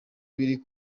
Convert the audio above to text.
biri